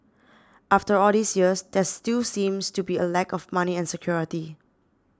after all these years there still seems to be a lack of money and security